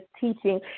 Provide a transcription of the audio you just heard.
teaching